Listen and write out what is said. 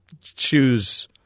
choose